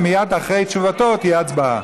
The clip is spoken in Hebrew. ומייד אחרי תשובתו תהיה הצבעה.